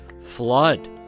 flood